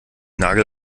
nagel